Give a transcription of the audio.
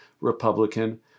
Republican